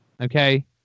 Okay